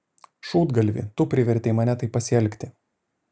šūdgalvi tu privertei mane taip pasielgti